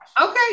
Okay